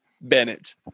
Bennett